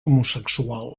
homosexual